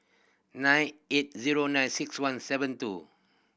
nine eight zero nine six one seven two